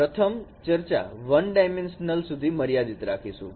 પ્રથમ ચર્ચા 1 ડાયમેન્શન સુધી મર્યાદિત રાખીશું